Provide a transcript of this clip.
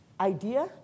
idea